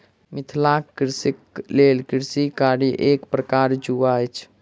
मिथिलाक कृषकक लेल कृषि कार्य एक प्रकारक जुआ अछि